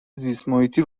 زیستمحیطی